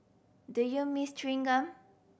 do you miss chewing gum